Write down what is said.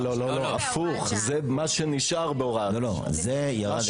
זה הוראת שעה רק